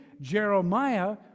Jeremiah